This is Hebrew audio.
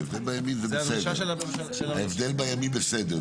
ההבדל בימים בסדר,